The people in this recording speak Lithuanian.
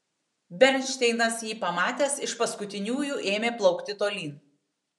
bernšteinas jį pamatęs iš paskutiniųjų ėmė plaukti tolyn